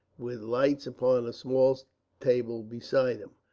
with lights upon a small table beside him.